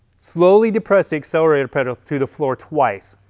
slowly depress the accelerator pedal to the floor twice.